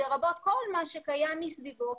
לרבות כל מה שקיים מסביבו,